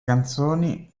canzoni